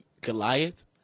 Goliath